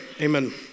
Amen